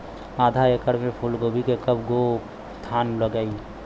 आधा एकड़ में फूलगोभी के कव गो थान लागी?